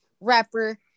rapper